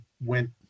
went